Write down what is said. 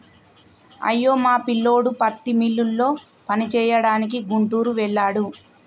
అయ్యో మా పిల్లోడు పత్తి మిల్లులో పనిచేయడానికి గుంటూరు వెళ్ళాడు